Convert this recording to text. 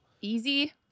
Easy